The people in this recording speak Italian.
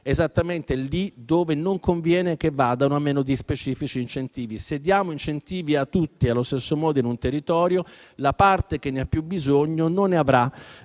esattamente lì dove conviene che vadano, a meno di specifici incentivi. Se diamo incentivi a tutti allo stesso modo in un territorio, la parte che ne ha più bisogno non ne